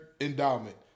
endowment